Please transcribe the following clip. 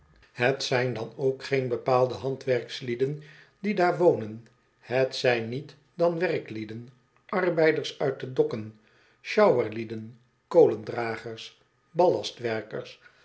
het zijn dan ook geen bepaalde handwerkslieden die daar wonen het zijn niet dan werklieden arbeiders uit de dokken sjouwerlieden